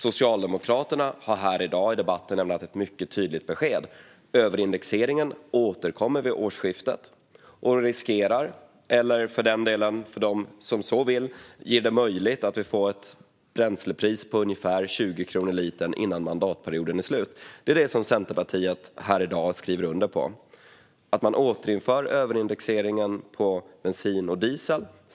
Socialdemokraterna har här i dag i debatten lämnat ett mycket tydligt besked: Överindexeringen återkommer vid årsskiftet och riskerar - eller för den som så vill, gör det möjligt - att leda till att vi får ett bränslepris på ungefär 20 kronor litern innan mandatperioden är slut. Det är detta som Centerpartiet här i dag skriver under på. Man återinför överindexeringen på bensin och diesel.